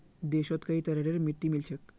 देशत कई तरहरेर मिट्टी मिल छेक